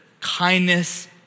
kindness